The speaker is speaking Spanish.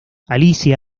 alicia